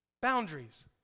Boundaries